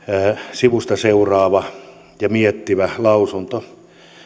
sivusta seuraava ja miettivä lausunto